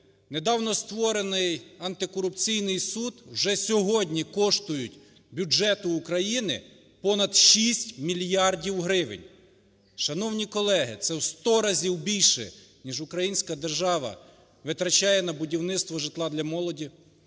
недавно створений антикорупційний суд вже сьогодні коштують бюджету України понад 6 мільярдів гривень. Шановні колеги, це в сто разів більше, ніж українська держава витрачає на будівництво житла для молоді,